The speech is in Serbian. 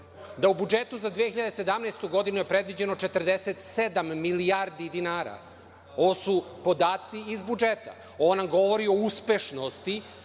u budžetu za 2017. godinu je predviđeno 47 milijardi dinara. Ovo su podaci iz budžeta. Ovo nam govori o uspešnosti